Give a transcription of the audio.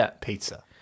pizza